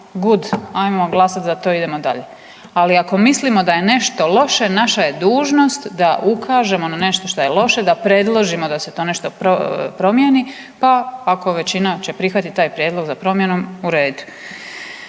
good ajmo glasat za to, idemo dalje. Ali ako mislimo da je nešto loše naša je dužnost da ukažemo na nešto šta je loše, da se to nešto promijeni pa kao većina će prihvatiti taj prijedlog za promjenom u redu.